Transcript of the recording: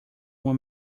uma